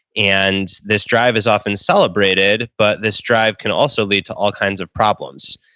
and this drive is often celebrated, but this drive can also lead to all kinds of problems.